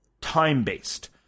time-based